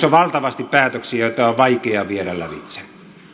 on valtavasti päätöksiä joita on on vaikea viedä lävitse